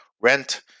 rent